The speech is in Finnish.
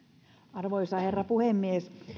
arvoisa herra puhemies